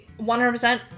100%